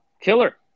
killer